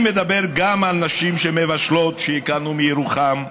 אני מדבר גם על נשים מבשלות שהכרנו מירוחם,